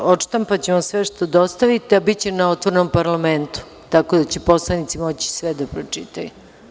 Odštampaćemo sve što dostavite, a biće i na otvorenom parlamentu, tako da će poslanici moći sve da pročitaju.